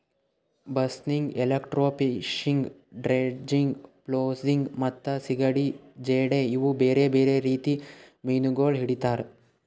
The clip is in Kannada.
ಬಸ್ನಿಗ್, ಎಲೆಕ್ಟ್ರೋಫಿಶಿಂಗ್, ಡ್ರೆಡ್ಜಿಂಗ್, ಫ್ಲೋಸಿಂಗ್ ಮತ್ತ ಸೀಗಡಿ ಬೇಟೆ ಇವು ಬೇರೆ ಬೇರೆ ರೀತಿ ಮೀನಾಗೊಳ್ ಹಿಡಿತಾರ್